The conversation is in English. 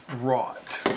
rot